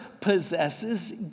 possesses